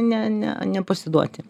ne ne nepasiduoti